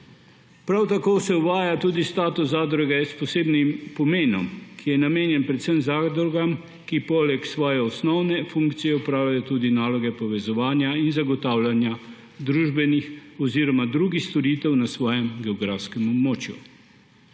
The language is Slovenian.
Prav tako se uvaja tudi status zadruge s posebnim pomenom, ki je namenjen predvsem zadrugam, ki poleg svoje osnovne funkcije opravljajo tudi naloge povezovanja in zagotavljanja družbenih oziroma drugih storitev na svojem geografskem območju.